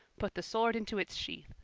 put the sword into its sheath.